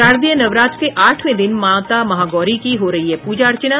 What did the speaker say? शारदीय नवरात्र के आठवें दिन माता महागौरी की हो रही है पूजा अर्चना